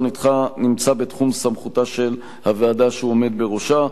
נמצא בתחום סמכותה של הוועדה שהוא עומד בראשה.